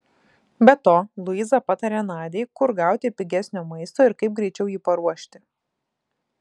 be to luiza patarė nadiai kur gauti pigesnio maisto ir kaip greičiau jį paruošti